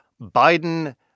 Biden